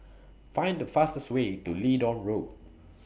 Find The fastest Way to Leedon Road